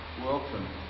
welcome